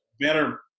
better